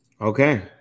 Okay